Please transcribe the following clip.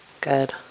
Good